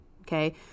okay